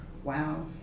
Wow